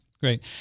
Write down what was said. Great